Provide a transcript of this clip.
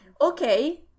okay